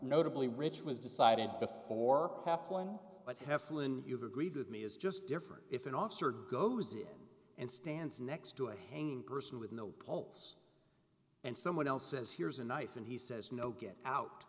notably rich was decided before halfling was heflin you've agreed with me is just different if an officer goes in and stands next to a hanging person with no pulse and someone else says here's a knife and he says no get out